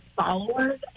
followers